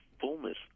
fullness